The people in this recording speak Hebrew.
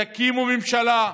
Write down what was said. תקימו ממשלה.